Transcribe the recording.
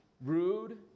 rude